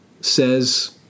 says